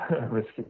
risky